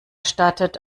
stattet